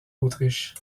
autriche